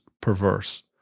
perverse